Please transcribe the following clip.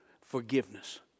forgiveness